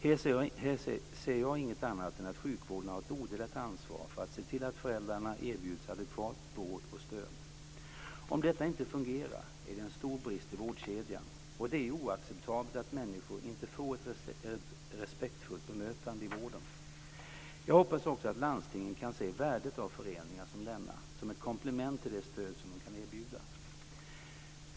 Här ser jag inget annat än att sjukvården har ett odelat ansvar för att se till att föräldrarna erbjuds adekvat vård och stöd. Om detta inte fungerar är det en stor brist i vårdkedjan, och det är oacceptabelt att människor inte får ett respektfullt bemötande i vården. Jag hoppas också att landstingen kan se värdet av föreningar som denna som ett komplement till det stöd som de kan erbjuda.